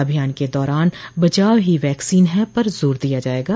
अभियान के दौरान बचाव ही वैक्सीन है पर जोर दिया जायेगा